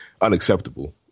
unacceptable